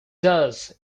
does